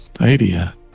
idea